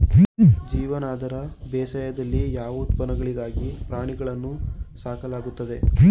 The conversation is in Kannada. ಜೀವನಾಧಾರ ಬೇಸಾಯದಲ್ಲಿ ಯಾವ ಉತ್ಪನ್ನಗಳಿಗಾಗಿ ಪ್ರಾಣಿಗಳನ್ನು ಸಾಕಲಾಗುತ್ತದೆ?